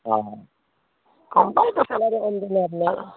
অঁ গম পায় আপোনাৰ